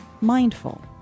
mindful